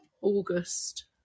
August